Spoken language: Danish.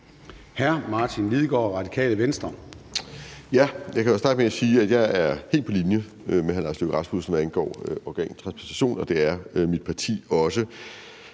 14:24 Martin Lidegaard (RV): Jeg kan jo starte med at sige, at jeg er helt på linje med hr. Lars Løkke Rasmussen, hvad angår organtransplantation, og det er mit parti også.